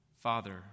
Father